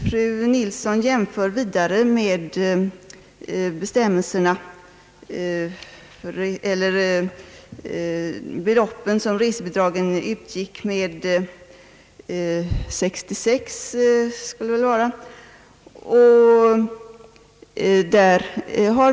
Fru Nilsson jämför vidare med de belopp som resebidragen utgick med år 1966.